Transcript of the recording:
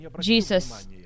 Jesus